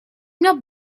not